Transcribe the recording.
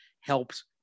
helps